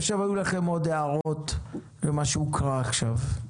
אני חושב שהיו לכם עוד הערות למה שהוקרא עכשיו,